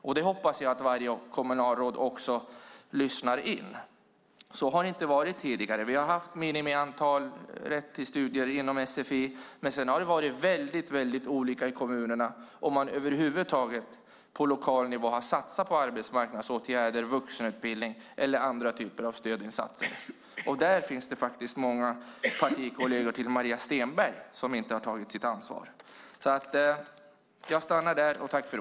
Jag hoppas att vartenda kommunalråd lyssnar in det, för tidigare har det inte varit så. Vi har haft ett minimiantal av insatser när det gäller rätten till studier inom sfi. Men det har varit väldigt olika i de olika kommunerna - om man över huvud taget på lokal nivå har satsat på arbetsmarknadsåtgärder, vuxenutbildning eller andra typer av stödinsatser. Det är faktiskt många partikolleger till Maria Stenberg som inte har tagit sitt ansvar.